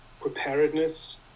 preparedness